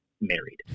married